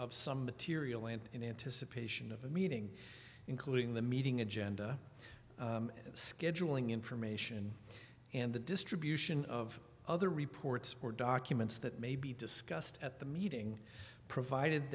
of some material and in anticipation of a meeting including the meeting agenda scheduling information and the distribution of other reports or documents that may be discussed at the meeting provided